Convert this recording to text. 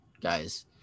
guys